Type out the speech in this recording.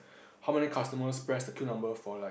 how many customers press the queue number for like